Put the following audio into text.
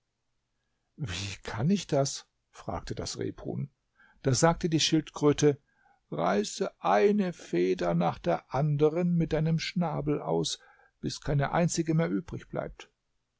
wie kann ich das fragte das rebhuhn da sagte die schildkröte reiße eine feder nach der anderen mit deinem schnabel aus bis keine einzige mehr übrigbleibt